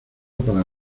para